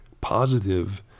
positive